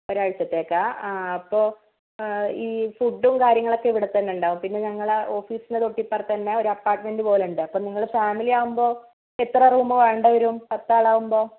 ഒരാഴ്ചത്തേക്കാണോ ആ അപ്പോൾ ഈ ഫുഡും കാര്യങ്ങളൊക്കെ ഇവിടെത്തന്നെ ഉണ്ടാവും പിന്നെ ഞങ്ങള ഓഫീസിലെ തൊട്ടിപ്പുറത്ത് തന്നെ ഒരു അപ്പാർട്മെന്റ് പോലെ ഉണ്ട് അപ്പോൾ നിങ്ങൾ ഫാമിലി ആവുമ്പോൾ എത്ര റൂം വേണ്ടിവരും പത്ത് ആൾ ആവുമ്പോൾ